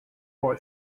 boy